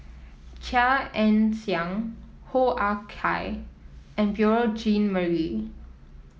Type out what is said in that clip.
Chia Ann Siang Hoo Ah Kay and Beurel Jean Marie